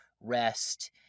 rest